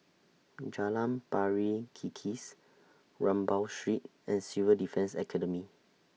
Jalan Pari Kikis Rambau Street and Civil Defence Academy